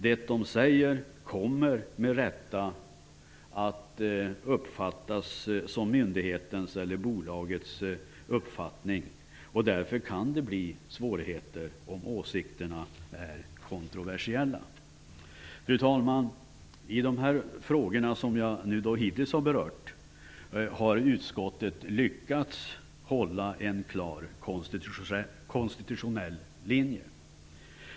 Det de säger kommer med rätta att uppfattas som myndighetens eller bolagets uppfattning. Därför kan det bli svårigheter om åsikterna är kontroversiella. Fru talman! I de frågor som jag hittills berört har utskottet lyckats hålla en klar konstitutionell linje.